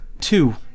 two